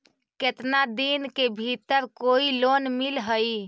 केतना दिन के भीतर कोइ लोन मिल हइ?